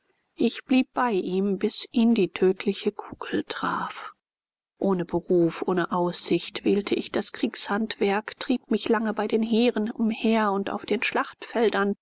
ich blieb bei ihm bis ihn die tödliche kugel traf ohne beruf ohne aussicht wählte ich das kriegshandwerk trieb mich lange bei den heeren umher und auf den schlachtfeldern